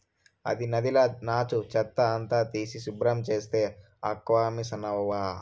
అది నదిల నాచు, చెత్త అంతా తీసి శుభ్రం చేసే ఆక్వామిసనవ్వా